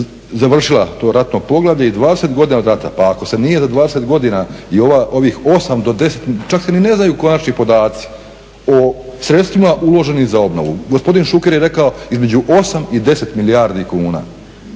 završila to ratno poglavlje i 20 godina od rata. Pa ako se nije za 20 godina i ovih 8 do 10, čak se ni ne znaju konačni podaci o sredstvima uloženim za obnovu. Gospodin Šuker je rekao između 8 i 10 milijardi kuna.